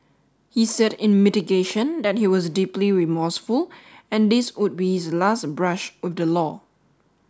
he said in mitigation that he was deeply remorseful and this would be his last brush with the law